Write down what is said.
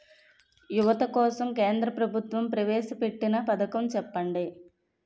యువత కోసం కేంద్ర ప్రభుత్వం ప్రవేశ పెట్టిన పథకం చెప్పండి?